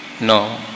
No